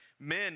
Men